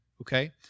Okay